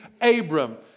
Abram